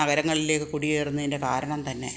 നഗരങ്ങളിലേയ്ക്ക് കുടിയേറുന്നതിൻ്റെ കാരണം തന്നെ